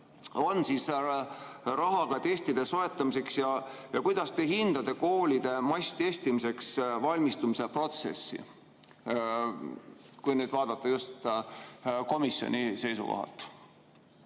on rahaga testide soetamiseks ja kuidas te hindate koolide masstestimiseks valmistumise protsessi, kui vaadata just komisjoni seisukohalt?